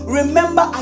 remember